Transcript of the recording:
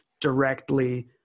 directly